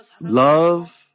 love